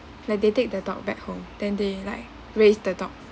like they take the dog back home then they like raise the dog